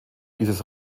dieses